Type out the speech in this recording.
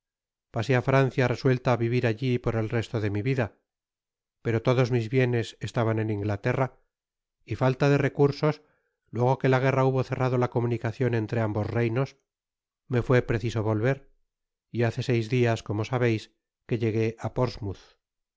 pasé á francia resuelta á vivir alli por el resto de mi vida pero todos mis bienes estaban en inglaterra y falta de recursos luego que la guerra hubo cerrado la comunicacion entre ambos reinos me fué preciso volver y hace seis dias como sabeis que llegué á portsmouth y